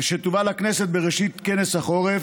והיא תובא לכנסת בראשית כנס החורף,